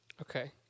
Okay